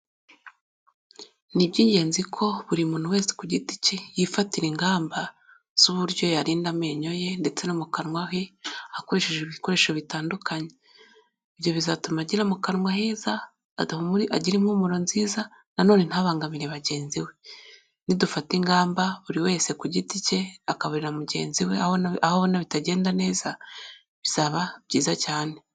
Ni iby'ingenzi ko buri muntu wese ku giti cye yifatira ingamba z'uburyo yarinda amenyo ye, ndetse no mu kanwa ke akoresheje ibikoresho bitandukanye, ibyo bizatuma agira mu kanwa heza, adahu agira impumuro nziza, nanone ntabangamire bagenzi be, nidufata ingamba buri wese ku giti cye akabarira mugenzi we aho abona bitagenda neza, bizaba byiza cyane.